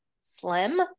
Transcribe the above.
slim